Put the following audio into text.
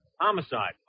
Homicide